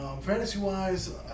Fantasy-wise